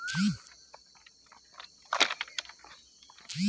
আমি কোথায় সঠিক তথ্য পাবো সামাজিক প্রকল্পের?